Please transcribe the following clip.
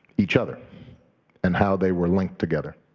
each other and how they were linked together.